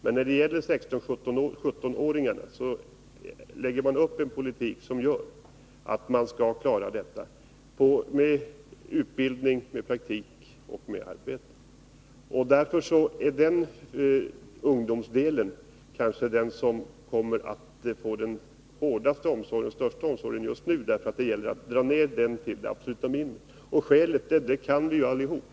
Men när det gäller 16-17-åringarna lägger man upp en politik som gör att man skall kunna klara detta mål — med utbildning, praktik och arbete. Denna ungdomsdel kommer kanske att få den största omsorgen just nu, eftersom det gäller att dra ner arbetslösheten i dessa åldrar till ett absolut minimum.